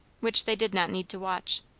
which they did not need to watch.